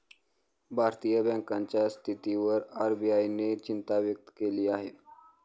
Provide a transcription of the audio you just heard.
भारतीय बँकांच्या स्थितीवर आर.बी.आय ने चिंता व्यक्त केली आहे